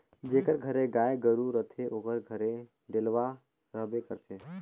जेकर घरे गाय गरू रहथे ओकर घरे डेलवा रहबे करथे